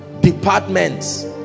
departments